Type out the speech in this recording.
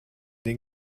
den